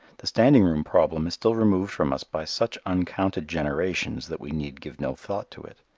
the standing room problem is still removed from us by such uncounted generations that we need give no thought to it.